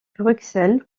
bruxelles